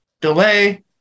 delay